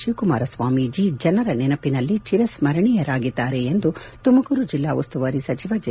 ಶಿವಕುಮಾರ ಸ್ವಾಮೀಜಿ ಜನರ ನೆನಪಿನಲ್ಲಿ ಚಿರಸ್ಪರಣೀಯರಾಗಿದ್ದಾರೆ ಎಂದು ತುಮಕೂರು ಜಿಲ್ಲಾ ಉಸ್ತುವಾರಿ ಸಚಿವ ಜೆ